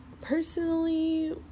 personally